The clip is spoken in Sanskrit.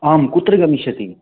आं कुत्र गमिष्यति